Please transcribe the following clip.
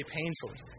painfully